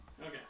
Okay